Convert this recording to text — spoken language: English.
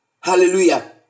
Hallelujah